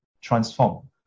transform